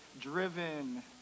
driven